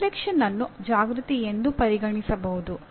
ಚಿಂತನ ಶಕ್ತಿ ಅನ್ನು ಜಾಗೃತಿ ಎಂದೂ ಪರಿಗಣಿಸಬಹುದು